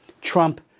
Trump